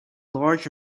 large